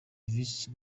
vice